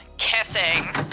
kissing